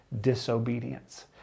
disobedience